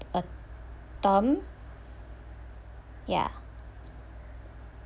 uh term ya